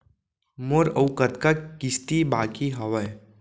मोर अऊ कतका किसती बाकी हवय?